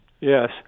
Yes